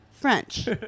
French